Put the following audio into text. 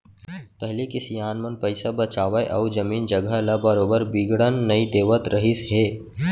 पहिली के सियान मन पइसा बचावय अउ जमीन जघा ल बरोबर बिगड़न नई देवत रहिस हे